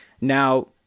Now